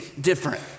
different